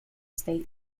state